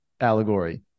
allegory